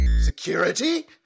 Security